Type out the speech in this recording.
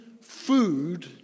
food